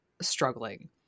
struggling